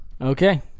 Okay